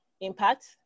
impact